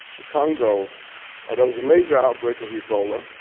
the congo oh there was a major outbreak of ebola,